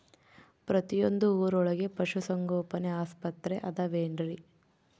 ಪ್ರತಿಯೊಂದು ಊರೊಳಗೆ ಪಶುಸಂಗೋಪನೆ ಆಸ್ಪತ್ರೆ ಅದವೇನ್ರಿ?